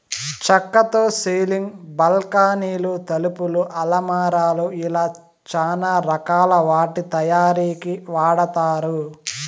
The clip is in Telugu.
చక్కతో సీలింగ్, బాల్కానీలు, తలుపులు, అలమారాలు ఇలా చానా రకాల వాటి తయారీకి వాడతారు